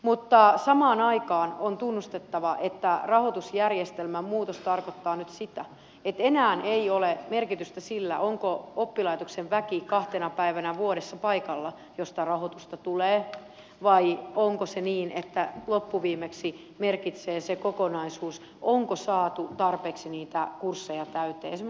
mutta samaan aikaan on tunnustettava että rahoitusjärjestelmän muutos tarkoittaa nyt sitä että enää ei ole merkitystä sillä onko oppilaitoksen väki kahtena päivänä vuodessa paikalla mistä rahoitusta tulisi vaan loppuviimeksi merkitsee se kokonaisuus onko saatu tarpeeksi niitä kursseja täyteen